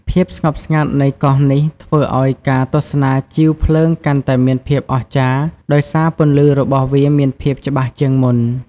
ភាពស្ងប់ស្ងាត់នៃកោះនេះធ្វើឲ្យការទស្សនាជីវភ្លើងកាន់តែមានភាពអស្ចារ្យ ដោយសារពន្លឺរបស់វាមានភាពច្បាស់ជាងមុន។